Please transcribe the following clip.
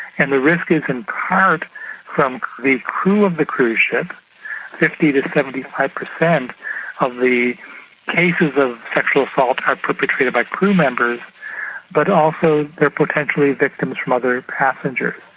and the risk is in part from the crew of the cruise ship fifty to to seventy five per cent of the cases of sexual assault are perpetrated by crewmembers but also they're potentially victims from other passengers.